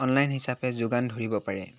online হিচাপে যোগান ধৰিব পাৰে